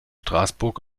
straßburg